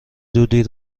دودی